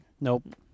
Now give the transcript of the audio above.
nope